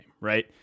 Right